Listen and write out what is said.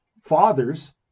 fathers